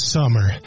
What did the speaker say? summer